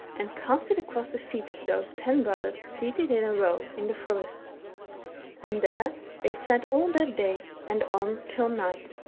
and cast it across the feet of those ten brothers seated in a row, in the forest and there they sat all that day and on till night.